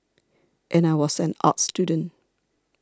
and I was an arts student